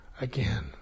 again